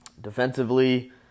defensively